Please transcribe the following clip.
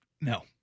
No